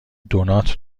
دونات